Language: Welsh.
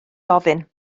gofyn